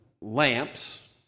lamps